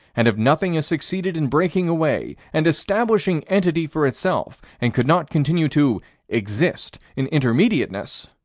and if nothing has succeeded in breaking away and establishing entity for itself, and could not continue to exist in intermediateness,